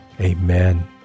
Amen